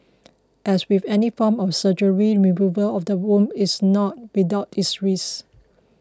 as with any form of surgery removal of the womb is not without its risks